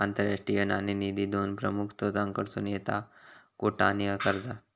आंतरराष्ट्रीय नाणेनिधी दोन प्रमुख स्त्रोतांकडसून येता कोटा आणि कर्जा